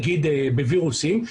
נגיד בווירוסים,